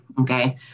Okay